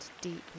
deeply